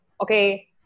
okay